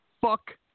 Fuck